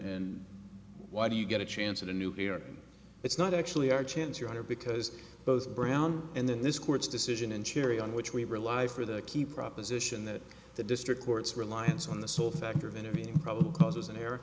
n why do you get a chance at a nuclear it's not actually our chance your honor because both brown and then this court's decision in cherry on which we rely for the the proposition that the district court's reliance on the sole factor of intervening probable cause an